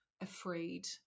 afraid